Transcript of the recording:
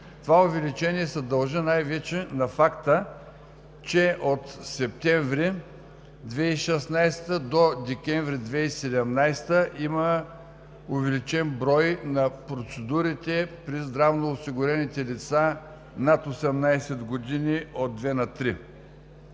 Това увеличение се дължи най-вече на факта, че от месец септември 2016 г. до месец декември 2017 г. има увеличен брой на процедурите при здравноосигурените лица над 18 години – от 2 на 3.